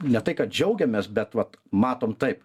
ne tai kad džiaugiamės bet vat matom taip